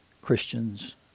Christians